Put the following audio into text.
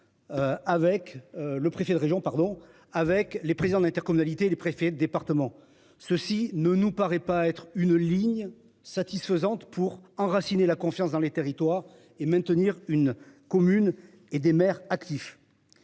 Avec le préfet de région pardon avec les présidents d'intercommunalités les préfets de département, ceci ne nous paraît pas être une ligne satisfaisante pour enraciner la confiance dans les territoires. Et maintenir une commune et des mères actif.